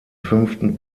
fünften